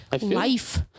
life